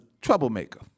troublemaker